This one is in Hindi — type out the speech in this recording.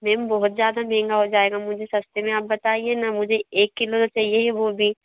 मैम बहुत ज़्यादा महँगा हो जाएगा मुझे सस्ते में आप बताइए ना मुझे एक किलो चाहिए वो भी